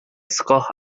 scoth